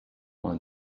want